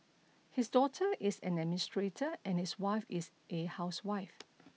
his daughter is an administrator and his wife is a housewife